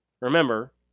remember